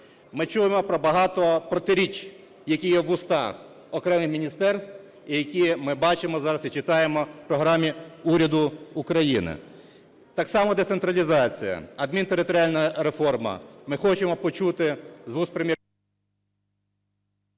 ми чуємо про багато протиріч, які є у вустах окремих міністерств і які ми бачимо зараз і читаємо в програмі уряду України. Так само децентралізація, адмінтериторіальна реформа. Ми хочемо почути з вуст